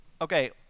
Okay